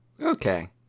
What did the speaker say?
Okay